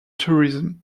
tourism